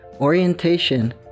orientation